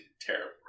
terrible